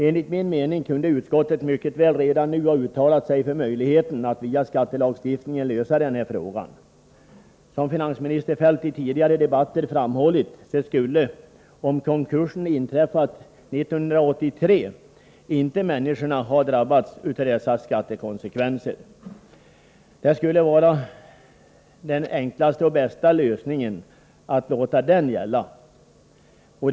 Enligt min mening kunde utskottet mycket väl redan nu ha uttalat sig för möjligheten att lösa den här frågan via skattelagstiftningen. Som finansminister Feldt framhållit i tidigare debatter, skulle skogsägarna, om konkursen inträffat 1983, inte ha drabbats av de nämnda skattekonsekvenserna. Den enklaste och bästa lösningen skulle då vara att tillämpa de nya bestämmelserna.